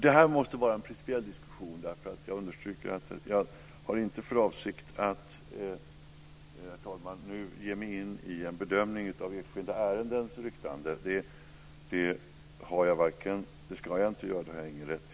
Det här måste vara en principiell diskussion eftersom jag inte har för avsikt - det understryker jag - att, herr talman, ge mig in i en bedömning av enskilda ärenden. Det ska jag inte göra. Det har jag ingen rätt till, och så ska det inte vara.